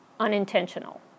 unintentional